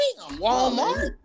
Walmart